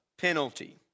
penalty